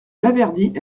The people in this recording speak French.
laverdy